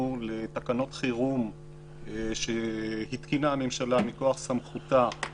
לתקנות חירום שהתקינה הממשלה מכוח סמכותה,